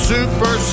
Super